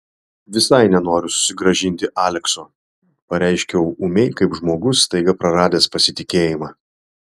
visai nenoriu susigrąžinti alekso pareiškiau ūmiai kaip žmogus staiga praradęs pasitikėjimą